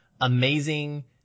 amazing